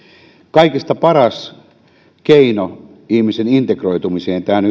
kaikista paras keino ihmisen integroitumiseen tähän